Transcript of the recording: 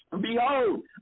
Behold